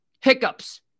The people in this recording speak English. hiccups